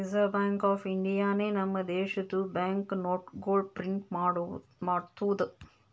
reserve Bank of ಇಂಡಿಯಾನೆ ನಮ್ ದೇಶದು ಬ್ಯಾಂಕ್ ನೋಟ್ಗೊಳ್ ಪ್ರಿಂಟ್ ಮಾಡ್ತುದ್